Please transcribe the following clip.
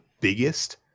biggest